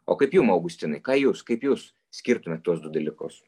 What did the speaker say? o kaip jum augustinai ką jūs kaip jūs skirtumėt tuos du dalykus